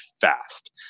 fast